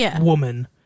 woman